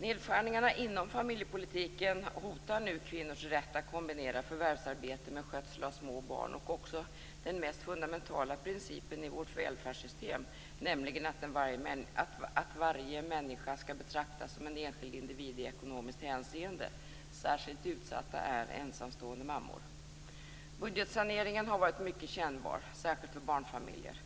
Nedskärningarna inom familjepolitiken hotar nu kvinnors rätt att kombinera förvärvsarbete med skötsel av små barn och också den mest fundamentala principen i vårt välfärdssystem, nämligen den att varje människa skall betraktas som en enskild individ i ekonomiskt hänseende. Särskilt utsatta är ensamstående mammor. Budgetsaneringen har varit mycket kännbar, särskilt för barnfamiljer.